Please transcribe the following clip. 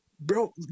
bro